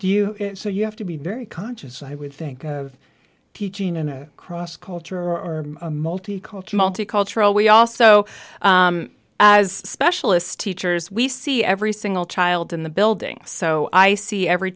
do you so you have to be very conscious i would think of teaching in a cross culture or a multicultural to cultural we also as specialist teachers we see every single child in the building so i see every